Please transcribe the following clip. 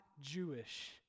Jewish